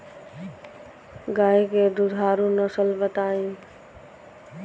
गाय के दुधारू नसल बताई?